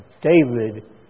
David